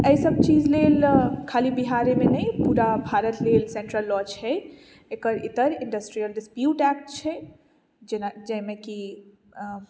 एहिसभ चीज लेल खाली बिहारेमे नहि पूरा भारत लेल सेन्ट्रल लॉ छै एकर इतर इण्डस्ट्रियल डिस्प्यूट एक्ट छै जेना जाहिमे कि